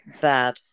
bad